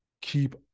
keep